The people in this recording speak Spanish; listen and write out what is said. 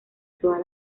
todas